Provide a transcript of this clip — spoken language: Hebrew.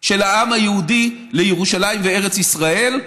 של העם היהודי לירושלים ולארץ ישראל,